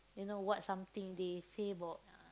you know what something they say about uh